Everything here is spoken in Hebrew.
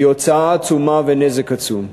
היא הוצאה עצומה ונזק עצום.